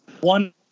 one